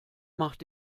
macht